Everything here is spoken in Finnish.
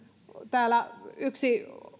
täällä yksi